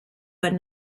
but